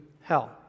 hell